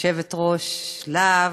יושבת-ראש לה"ב,